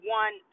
one